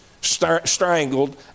strangled